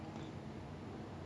ya like !wah!